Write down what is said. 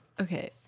Okay